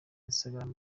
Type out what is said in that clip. instagram